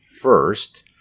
first